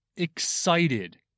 excited